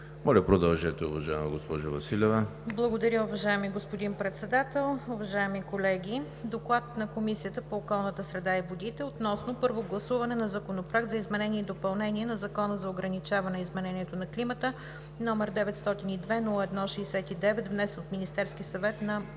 Моля, продължете, уважаема госпожо Василева. ДОКЛАДЧИК ИВЕЛИНА ВАСИЛЕВА: Благодаря, уважаеми господин Председател. Уважаеми колеги! „ДОКЛАД на Комисията по околната среда и водите относно първо гласуване на Законопроект за изменение и допълнение на Закона за ограничаване изменението на климата, № 902-01-69, внесен от Министерския съвет на 12